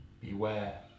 beware